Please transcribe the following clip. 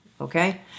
Okay